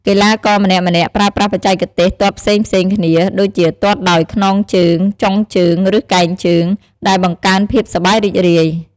កីឡាករម្នាក់ៗប្រើប្រាស់បច្ចេកទេសទាត់ផ្សេងៗគ្នា ដូចជាទាត់ដោយ ខ្នងជើង ចុងជើង ឬកែងជើង ដែលបង្កើនភាពសប្បាយរីករាយ។